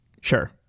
Sure